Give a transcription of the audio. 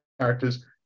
characters